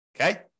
okay